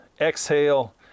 exhale